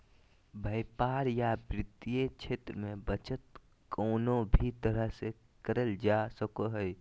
व्यापार या वित्तीय क्षेत्र मे बचत कउनो भी तरह से करल जा सको हय